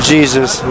Jesus